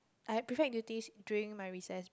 I have prefect duties during my recess